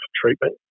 treatment